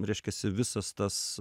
reiškiasi visas tas